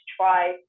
try